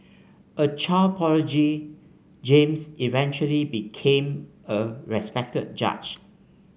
a child prodigy James eventually became a respected judge